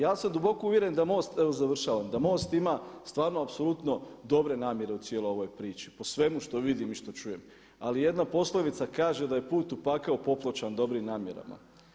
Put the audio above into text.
Ja sam duboko uvjeren da MOST, evo završavam, da MOST ima stvarno apsolutno dobre namjere u cijeloj ovoj priči po svemu što vidim i što čujem, ali jedna poslovica kaže da je put u pakao popločen dobrim namjerama.